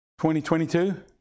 2022